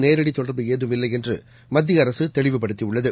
நேரடி தொடர்பு ஏதும் இல்லை என்று மத்திய அரசு தெளிவுபடுத்தியுள்ளது